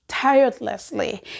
tirelessly